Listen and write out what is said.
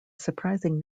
surprising